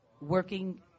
working